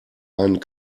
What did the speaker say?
einen